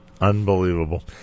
Unbelievable